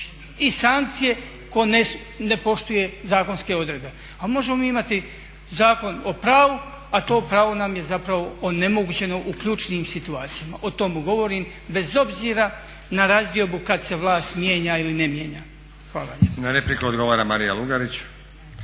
i sankcije ko ne poštuje zakonske odredbe. A možemo mi imati zakon o pravu a to pravo nam je zapravo onemogućeno u ključnim situacijama. O tomu govorim bez obzira na razdiobu kad se vlast mijenja ili ne mijenja. Hvala lijepa. **Stazić, Nenad (SDP)** Na repliku odgovara Marija Lugarić.